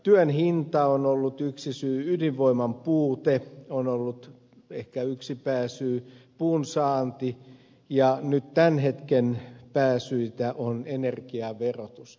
työn hinta on ollut yksi syy ydinvoiman puute on ollut ehkä yksi pääsyy puunsaanti ja nyt tämän hetken pääsyitä on energiaverotus